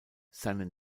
seinen